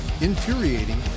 infuriating